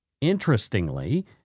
Interestingly